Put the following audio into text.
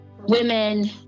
women